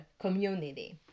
community